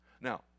Now